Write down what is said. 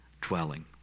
dwelling